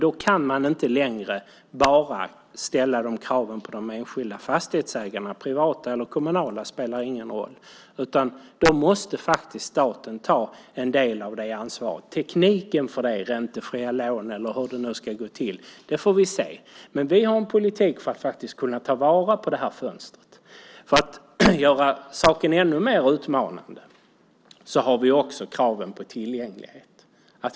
Då kan man inte längre bara ställa de kraven på de enskilda fastighetsägarna, privata eller kommunala spelar ingen roll. Då måste faktiskt staten ta en del av det ansvaret. När det gäller tekniken för det, räntefria lån eller hur det nu ska gå till, får vi se. Men vi har en politik för att kunna ta vara på det här fönstret. För att göra saken ännu mer utmanande har vi också kraven på tillgänglighet.